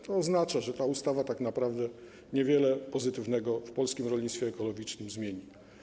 To oznacza, że ta ustawa tak naprawdę niewiele w sensie pozytywnym w polskim rolnictwie ekologicznym zmieni.